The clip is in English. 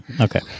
Okay